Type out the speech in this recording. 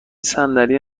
صندلی